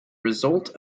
result